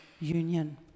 union